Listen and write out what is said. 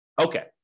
Okay